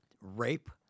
rape